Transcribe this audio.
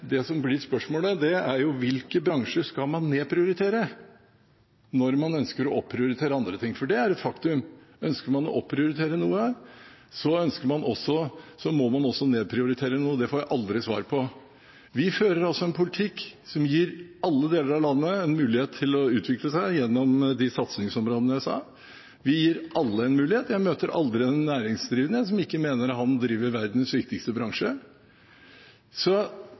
det som blir spørsmålet, er jo hvilke bransjer man skal nedprioritere når man ønsker å opprioritere andre ting. For det er et faktum: Ønsker man å opprioritere noe, må man også nedprioritere noe. Det får jeg aldri svar på. Vi fører altså en politikk som gir alle deler av landet en mulighet til å utvikle seg gjennom de satsingsområdene jeg nevnte. Vi gir alle en mulighet. Jeg møter aldri en næringsdrivende som ikke mener han driver i verdens viktigste bransje.